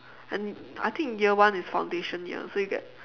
and I think year one is foundation year so you get